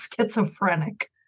schizophrenic